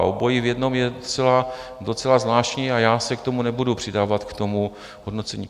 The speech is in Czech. Obojí v jednom je docela zvláštní a já se k tomu nebudu přidávat, k tomu hodnocení.